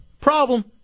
Problem